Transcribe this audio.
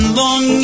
long